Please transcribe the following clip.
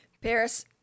Paris